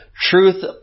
Truth